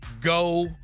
Go